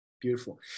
beautiful